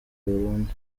burundu